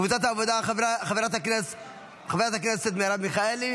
קבוצת סיעת העבודה: חברת הכנסת מרב מיכאלי